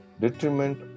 detriment